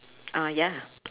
ah ya